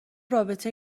رابطه